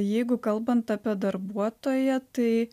jeigu kalbant apie darbuotoją tai